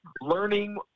learning